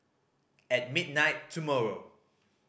at midnight tomorrow